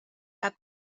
cap